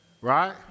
Right